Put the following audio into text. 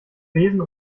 besen